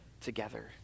together